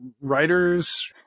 writers